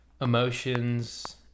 emotions